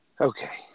Okay